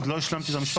עוד לא השלמתי את המשפט,